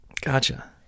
Gotcha